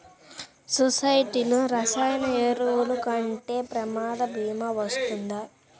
సొసైటీలో రసాయన ఎరువులు కొంటే ప్రమాద భీమా వస్తుందా?